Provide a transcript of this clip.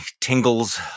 tingles